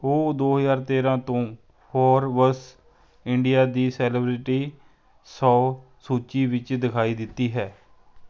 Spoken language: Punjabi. ਉਹ ਦੋ ਹਜ਼ਾਰ ਤੇਰ੍ਹਾਂ ਤੋਂ ਫੋਰਬਸ ਇੰਡੀਆ ਦੀ ਸੈਲੀਬ੍ਰਿਟੀ ਸੌ ਸੂਚੀ ਵਿੱਚ ਦਿਖਾਈ ਦਿੱਤੀ ਹੈ